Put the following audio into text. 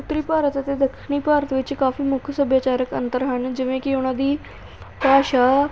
ਉੱਤਰੀ ਭਾਰਤ ਅਤੇ ਦੱਖਣੀ ਭਾਰਤ ਵਿੱਚ ਕਾਫ਼ੀ ਮੁੱਖ ਸੱਭਿਆਚਾਰਕ ਅੰਤਰ ਹਨ ਜਿਵੇਂ ਕਿ ਉਨ੍ਹਾਂ ਦੀ ਭਾਸ਼ਾ